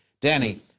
Danny